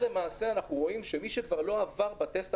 למעשה אנחנו רואים שמי שלא עבר בטסט